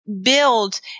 build